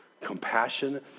compassion